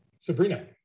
Sabrina